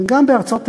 גם בארצות אירופה,